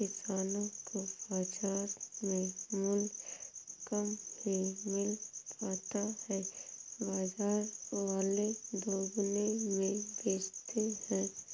किसानो को बाजार में मूल्य कम ही मिल पाता है बाजार वाले दुगुने में बेचते है